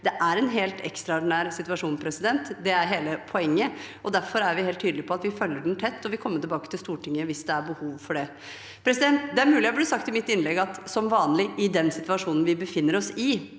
Dette er en helt ekstraordinær situasjon – det er hele poenget. Derfor er vi helt tydelig på at vi følger den tett og vil komme tilbake til Stortinget hvis det er behov for det. Det er mulig jeg i innlegget mitt burde sagt «som vanlig i den situasjonen vi befinner oss i»,